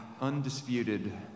undisputed